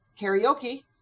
karaoke